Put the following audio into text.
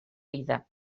vida